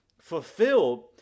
fulfilled